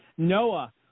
Noah